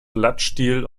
blattstiel